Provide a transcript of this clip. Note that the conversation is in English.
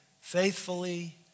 faithfully